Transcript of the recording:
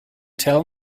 tell